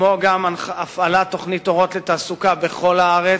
כמו גם הפעלת תוכנית "אורות לתעסוקה" בכל הארץ,